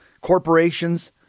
corporations